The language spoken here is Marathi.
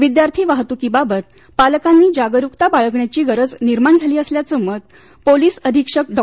विद्यार्थी वाहतुकीबाबत पालकांनी जागरूकता बाळगण्याची गरज निर्माण झाली असल्याचं मत पोलिस अधीक्षक डॉ